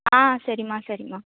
ஆ சரிம்மா சரிம்மா